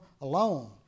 alone